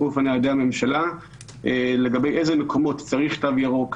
לפניה על ידי הממשלה לגבי איזה מקומות צריך תו ירוק,